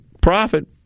profit